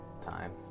time